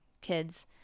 kids